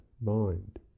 mind